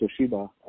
toshiba